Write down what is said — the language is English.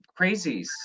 crazies